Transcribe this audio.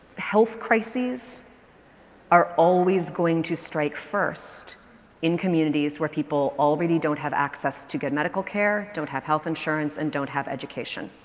health crises are always going to strike first in communities where people already don't have access to good medical care, don't have health insurance and don't have education.